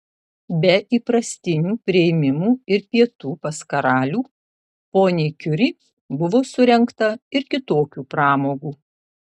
be įprastinių priėmimų ir pietų pas karalių poniai kiuri buvo surengta ir kitokių pramogų